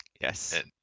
yes